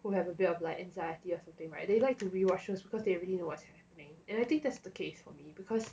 who have a bit of like anxiety or something [right] they like to rewatch shows because they already know what's happening and I think that's the case for me because